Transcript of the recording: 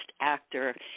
Actor